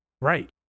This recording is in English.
Right